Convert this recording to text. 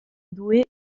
douai